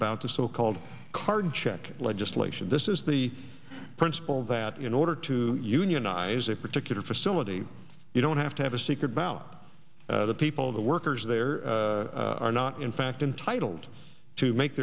about the so called card check legislation this is the principle that in order to unionize a particular facility you don't have to have a secret about the people of the workers there are not in fact entitled to make